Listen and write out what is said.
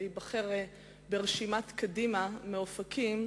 להיבחר ברשימת קדימה מאופקים,